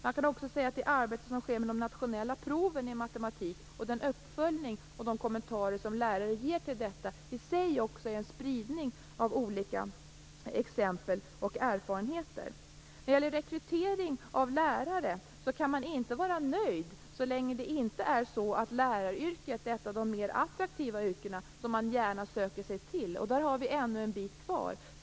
Man kan också säga att det arbete som sker med de nationella proven i matematik, och den uppföljning och de kommentarer som lärare ger till detta, i sig innebär en spridning av olika exempel och erfarenheter. När det gäller rekrytering av lärare, kan man inte vara nöjd så länge det inte är så att läraryrket är ett av de mer attraktiva yrkena, ett yrke som man gärna söker sig till. Där har vi ännu en bit kvar.